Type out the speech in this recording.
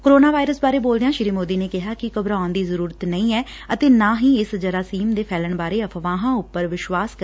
corona virus ਬਾਰੇ ਬੋਲਦਿਆਂ ਸ੍ਰੀ ਮੋਦੀ ਨੇ ਕਿਹਾ ਕਿ ਘਬਰਾਉਣ ਦੀ ਜ਼ਰੁਰਤ ਨਹੀਂ ਐ ਅਤੇ ਨਾ ਹੀ ਇਸ ਜਰਾਸੀਮ ਦੇ ਫੈਲਣ ਬਾਰੇ ਅਫ਼ਵਾਹਾਂ ਉਪਰ ਵਿਸ਼ਵਾਸ ਕਰਨ ਦੀ ਲੋਤ ੱਐ